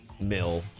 mill